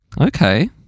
Okay